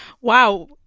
Wow